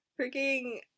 Freaking